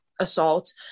assault